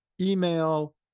email